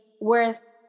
worth